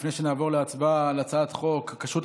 לפני שנעבור להצבעה על הצעת חוק הכשרות